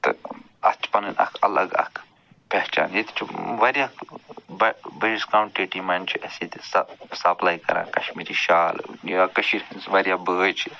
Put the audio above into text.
تہٕ اَتھ چھِ پَنٕنۍ اَکھ الگ اَکھ پہچان ییٚتہِ چھِ واریاہ بہ بٔڑِس کانٹیٖٹی منٛز چھِ أسۍ ییٚتہِ سہ سَپلَے کران کَشمیٖری شال یا کٔشیٖرِ ہنٛز واریاہ بٲے چھِ